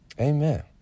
Amen